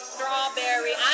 Strawberry